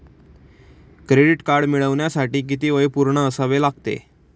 Credit card मिळवण्यासाठी किती वय पूर्ण असावे लागते?